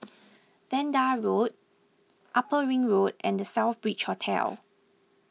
Vanda Road Upper Ring Road and the Southbridge Hotel